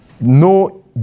no